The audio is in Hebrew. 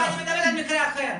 רגע אני מדברת על מקרה אחר,